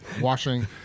washing